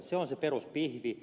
se on se peruspihvi